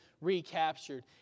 recaptured